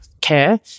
care